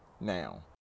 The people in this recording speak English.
now